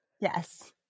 Yes